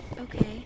Okay